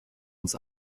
uns